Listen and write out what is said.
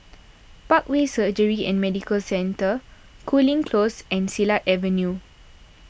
Parkway Surgery and Medical Centre Cooling Close and Silat Avenue